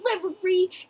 delivery